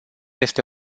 este